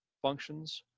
functions,